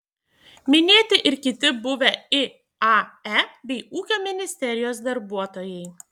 minėti ir kiti buvę iae bei ūkio ministerijos darbuotojai